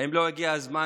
האם לא הגיע הזמן,